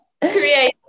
create